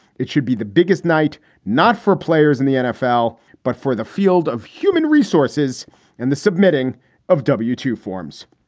it should be the biggest night not for players in the nfl, but for the field of human resources and the submitting of w two forms.